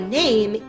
name